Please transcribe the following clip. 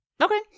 Okay